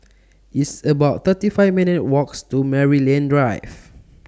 It's about thirty five minutes' Walks to Maryland Drive